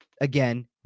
again